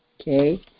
okay